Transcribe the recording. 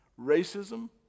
Racism